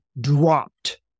dropped